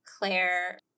Claire